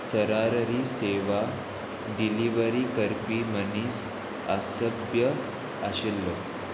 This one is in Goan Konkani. सराररी सेवा डिलिव्हरी करपी मनीस असभ्य आशिल्लो